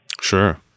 Sure